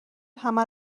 همه